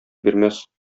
бирмәс